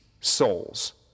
souls